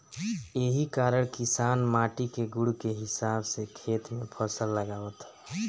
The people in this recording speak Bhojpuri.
एही कारण किसान माटी के गुण के हिसाब से खेत में फसल लगावत हवे